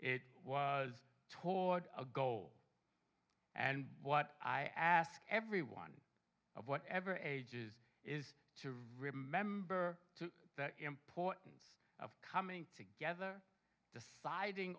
it was toward a goal and what i ask everyone whatever age is is to remember that importance of coming together deciding